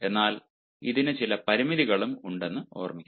എന്നാൽ ഇതിന് ചില പരിമിതികളും ഉണ്ടെന്ന് ഓർമ്മിക്കുക